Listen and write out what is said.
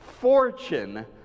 fortune